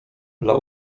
dla